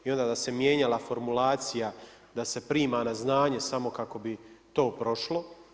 I onda da se mijenjala formulacija da se prima na znanje samo kako bi to prošlo.